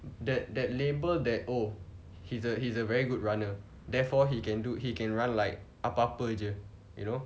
that that label that oh he's a he's a very good runner therefore he can do he can run like apa-apa jer you know